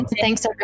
Thanks